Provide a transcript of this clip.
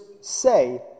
say